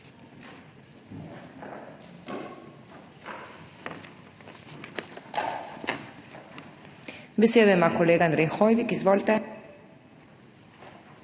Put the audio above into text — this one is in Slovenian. Hvala